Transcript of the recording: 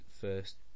first